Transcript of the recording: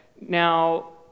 Now